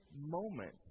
moment